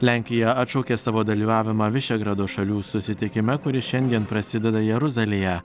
lenkija atšaukė savo dalyvavimą vyšegrado šalių susitikime kuris šiandien prasideda jeruzalėje